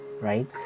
right